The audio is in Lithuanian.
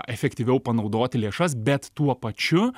efektyviau panaudoti lėšas bet tuo pačiu